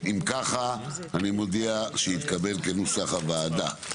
אני מודיע שהתקבל כנוסח הוועדה.